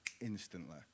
instantly